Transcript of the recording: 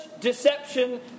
deception